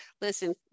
listen